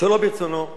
שלא ברצונו או,